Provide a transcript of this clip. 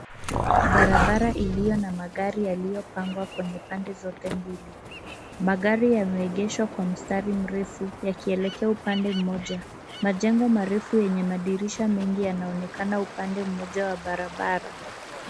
Barabara iliyo na magari yaliyopangwa kwenye pande zote mbili. Magari yameegeshwa kwa mstari mrefu yakielekea upande mmoja. Majengo marefu yenye madirisha yanaonekana upande mmoja wa barabara.